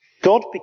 God